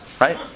Right